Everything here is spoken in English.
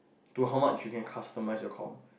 to how much you can customised your com